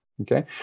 Okay